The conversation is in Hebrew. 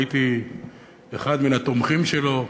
והייתי אחד מן התומכים שלו.